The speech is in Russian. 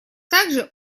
также